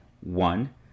One